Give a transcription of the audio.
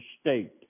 state